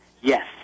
yes